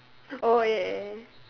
oh ya